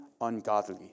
ungodly